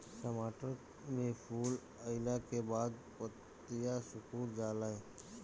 टमाटर में फूल अईला के बाद पतईया सुकुर जाले?